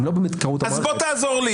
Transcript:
אז בוא תעזור לי